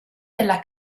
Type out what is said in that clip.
della